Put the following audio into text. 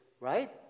right